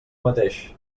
mateix